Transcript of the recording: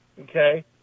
Okay